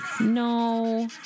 No